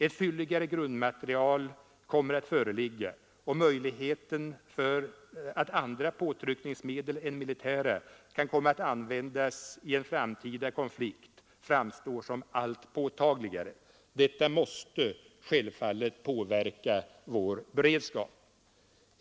Ett fylligare grundmaterial kommer att föreligga, och möjligheten av att andra påtryckningsmedel än militära kan komma att användas i en framtida konflikt framstår som allt påtagligare. Detta måste självfallet påverka vår beredskap.